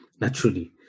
naturally